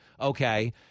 okay